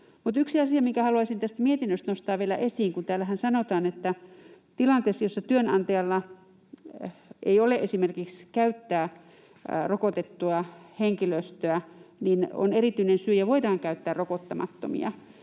yksi asia, minkä haluaisin tästä mietinnöstä nostaa vielä esiin, kun täällähän sanotaan, että tilanteessa, jossa työnantajalla ei esimerkiksi ole käyttää rokotettua henkilöstöä, niin on erityinen syy ja voidaan käyttää rokottamattomia,